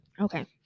Okay